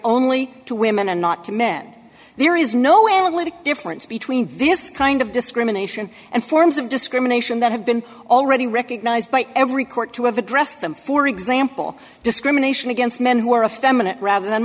only to women and not to men there is no analytic difference between this kind of discrimination and forms of discrimination that have been already recognized by every court to have addressed them for example discrimination against men who are a feminine rather than